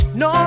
no